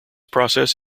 process